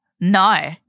No